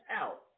out